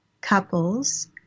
couples